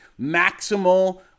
maximal